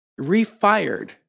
refired